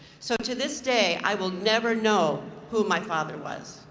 so to this day, i will never know who my father was.